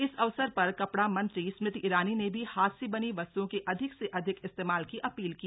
इस अवसर पर कपड़ा मंत्री स्मृति ईरानी ने भी हाथ से बनी वस्तुओं के अधिक से अधिक इस्तेमाल की अपील की